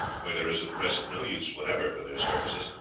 where there is at present no use whatever for their services,